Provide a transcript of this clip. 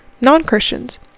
non-Christians